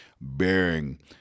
bearing